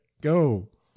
Go